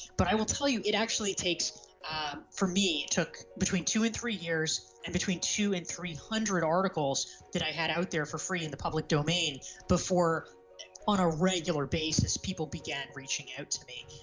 but i will tell you, it actually takes ah for me it took between two and three years, and between two and three hundred articles that i had out there for free in the public domain before on a regular basis people began reaching out to me.